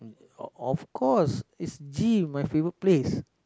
um of of course is gym my favourite place